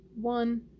one